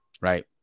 right